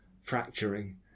fracturing